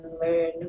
learn